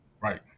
Right